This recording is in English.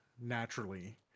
naturally